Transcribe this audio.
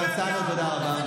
תודה רבה.